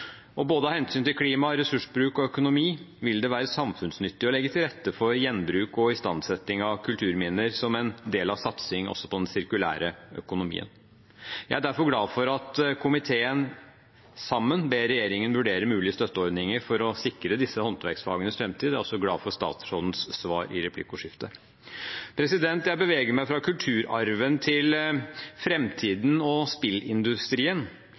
Både av hensyn til klima, ressursbruk og økonomi vil det være samfunnsnyttig å legge til rette for gjenbruk og istandsetting av kulturminner som en del av satsing også på den sirkulære økonomien. Jeg er derfor glad for at komiteen sammen ber regjeringen vurdere mulige støtteordninger for å sikre disse håndverksfagenes framtid, og jeg er også glad for statsrådens svar i replikkordskiftet. Jeg beveger meg fra kulturarven til framtiden og spillindustrien.